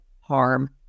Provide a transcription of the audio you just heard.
harm